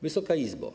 Wysoka Izbo!